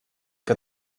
que